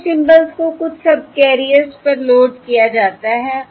pilot symbols को कुछ subcarriers पर लोड किया जाता है